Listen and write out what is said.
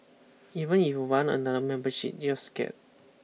even if you want another membership you're scared